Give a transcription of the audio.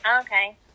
Okay